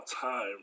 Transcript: time